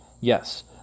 Yes